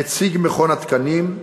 נציג מכון התקנים,